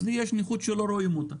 לי יש נכות שלא רואים אותה,